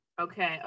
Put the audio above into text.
Okay